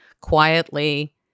quietly